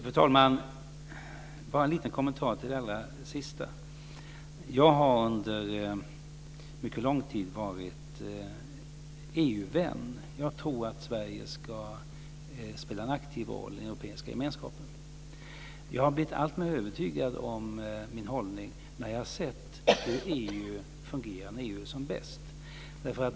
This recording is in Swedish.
Fru talman! Bara en liten kommentar till det allra sista. Jag har under mycket lång tid varit EU-vän. Jag menar att Sverige bör spela en aktiv roll i den europeiska gemenskapen. Jag har blivit alltmer befäst i min hållning när jag har sett hur EU fungerar när EU är som bäst.